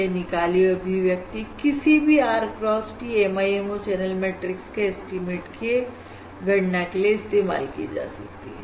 यह निकाली हुई अभिव्यक्ति किसी भी r cross t MIMO channel matrix के एस्टीमेट की गणना के लिए इस्तेमाल की जा सकती है